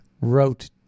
wrote